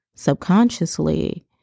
subconsciously